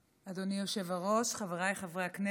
אדוני היושב-ראש, חבריי חברי הכנסת,